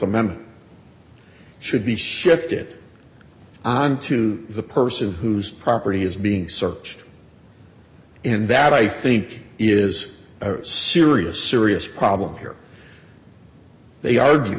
amendment should be shifted onto the person whose property is being searched in that i think is a serious serious problem here they argue